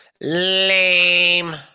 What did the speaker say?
Lame